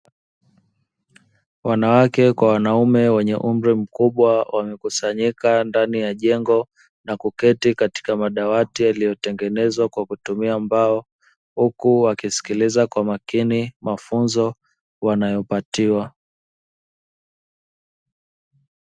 Wanawake kwa wanaume wenye umri mkubwa wamekusanyika ndani ya jengo, na kuketi katika madawati yaliyotengenezwa kwa kutumia mbao huku wakisikiliza kwa makini mafunzo wanayopatiwa.